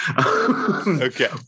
Okay